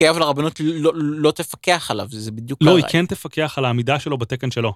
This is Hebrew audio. כאב לרבנות לא תפקח עליו, זה בדיוק... לא, היא כן תפקח על העמידה שלו בתקן שלו.